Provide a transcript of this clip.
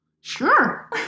Sure